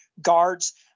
guards